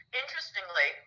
interestingly